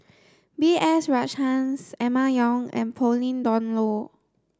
B S Rajhans Emma Yong and Pauline Dawn Loh